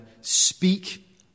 Speak